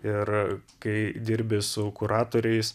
ir kai dirbi su kuratoriais